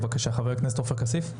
בבקשה, חבר הכנסת עופר כסיף.